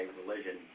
religion